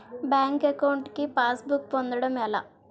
Bank account కి passbook పొందడం ఎలా?